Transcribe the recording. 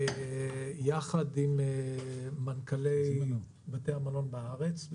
ביחד עם מנכ"לי בתי המלון בארץ.